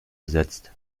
besetzt